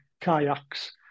kayaks